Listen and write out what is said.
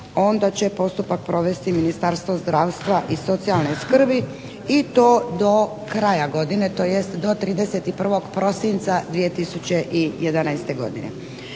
onda će postupak provesti Ministarstvo zdravstva i socijalne skrbi i to do kraja godine tj. do 31. prosinca 2011. godine.